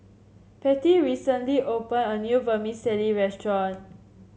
patty recently open a new Vermicelli restaurant